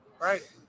right